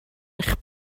eich